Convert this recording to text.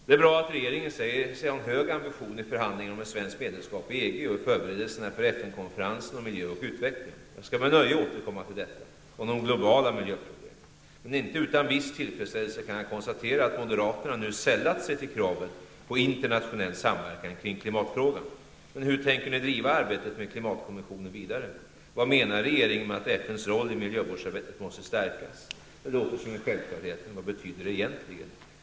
Det är bra att regeringen säger sig ha en hög ambition i förhandlingen om ett svenskt medlemskap i EG och i förberedelserna för FN konferensen om miljö och utveckling. Jag skall med nöje återkomma till de frågor som rör de globala miljöproblemen. Men inte utan viss tillfredsställelse kan jag konstatera att moderaterna nu sällat sig till kravet på internationell samverkan kring klimatfrågan. Hur tänker ni driva arbetet med klimatkonventionen vidare? Vad menar regeringen med att FNs roll i miljövårdsarbetet måste stärkas? Det låter som en självklarhet, men vad betyder det egentligen?